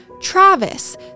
Travis